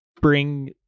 bring